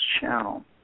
channel